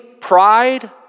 pride